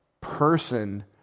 person